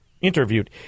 interviewed